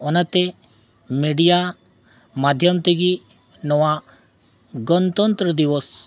ᱚᱱᱟᱛᱮ ᱢᱤᱰᱤᱭᱟ ᱢᱟᱫᱽᱫᱷᱭᱚᱢ ᱛᱮᱜᱮ ᱱᱚᱣᱟ ᱜᱚᱱᱚᱛᱛᱚᱱᱛᱨᱚ ᱫᱤᱵᱚᱥ